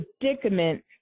predicament